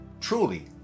truly